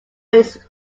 its